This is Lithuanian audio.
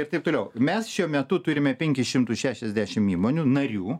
ir taip toliau mes šiuo metu turime penkis šimtus šešiasdešim įmonių narių